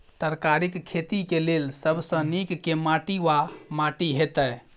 तरकारीक खेती केँ लेल सब सऽ नीक केँ माटि वा माटि हेतै?